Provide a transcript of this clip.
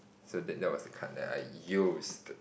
so that that was the card that I used